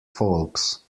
folks